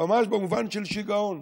ממש במובן של שיגעון.